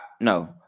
No